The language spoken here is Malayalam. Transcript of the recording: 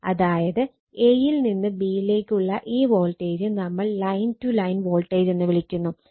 അതായത് a യിൽ നിന്ന് b യിലേക്കുള്ള ഈ വോൾട്ടേജ് നമ്മൾ ലൈൻ ടു ലൈൻ വോൾട്ടേജ് എന്ന് വിളിക്കുന്നു